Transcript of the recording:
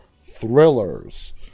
thrillers